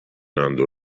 għandu